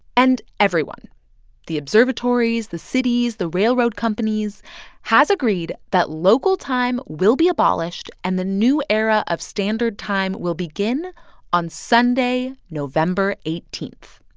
and everyone the observatories, the cities, the railroad companies has agreed that local time will be abolished and the new era of standard time will begin on sunday, november eighteen.